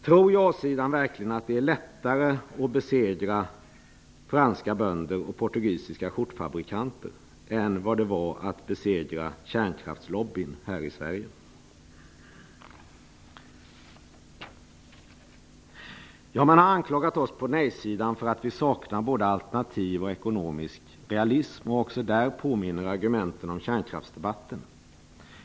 Tror verkligen ja-sidan att det är lättare att besegra franska bönder och portugisiska skjortfabrikanter än vad det var att besegra kärnkraftslobbyn här i Sverige? Vi har blivit anklagade på nej-sidan för att vi saknar både alternativa förslag och förståelse för ekonomisk realism. Också där påminner argumenten om kärnkraftsdebatten.